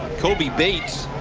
cobie bates